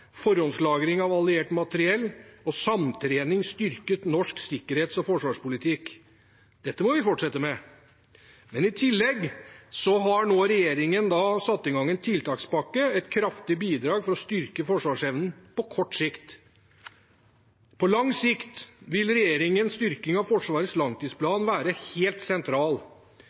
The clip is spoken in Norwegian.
forhåndslagring av alliert materiell og samtrening styrket norsk sikkerhets- og forsvarspolitikk. Dette må vi fortsette med. I tillegg har nå regjeringen satt i gang en tiltakspakke, et kraftig bidrag for å styrke forsvarsevnen på kort sikt. På lang sikt vil regjeringens styrking av Forsvarets langtidsplan være helt sentral.